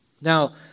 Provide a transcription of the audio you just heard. Now